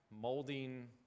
molding